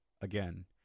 again